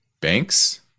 banks